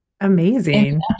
amazing